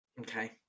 Okay